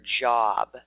job